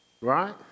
right